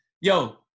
yo